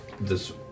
this-